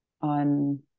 on